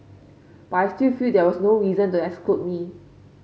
but I still feel there was no reason to exclude me